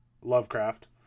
Lovecraft